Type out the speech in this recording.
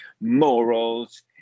morals